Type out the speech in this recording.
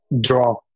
draw